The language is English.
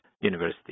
University